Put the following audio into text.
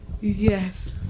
Yes